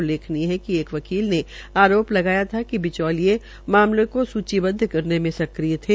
उल्लेखनीय है कि एक वकील ने आरो लगाया था कि बिचौलिये मामले को सूचीबद्व करने में सक्रिय थे